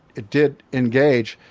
it did engage.